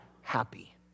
happy